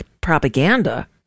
propaganda